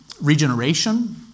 regeneration